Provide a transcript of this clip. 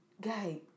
Guy